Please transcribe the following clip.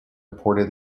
reported